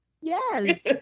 Yes